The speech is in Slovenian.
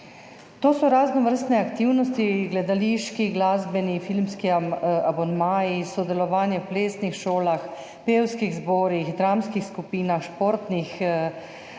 To so raznovrstne aktivnosti – gledališki, glasbeni, filmski abonmaji, sodelovanje v plesnih šolah, pevskih zborih, dramskih skupinah, športnih